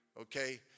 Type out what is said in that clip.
Okay